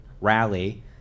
rally